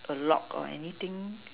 a log or anything